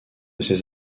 ces